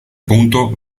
punto